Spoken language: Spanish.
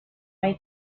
hay